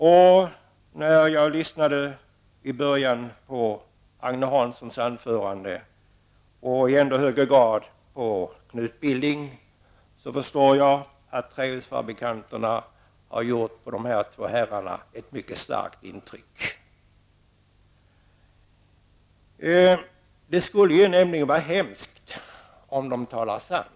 Jag förstod när jag lyssnade på Agne Hanssons anförande och i ännu högre grad när jag lyssnade på Knut Billings att trähusfabrikanterna har gjort ett mycket starkt intryck på dessa två herrar. Det vore hemskt om de talade sant.